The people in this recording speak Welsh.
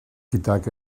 gydag